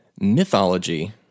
Mythology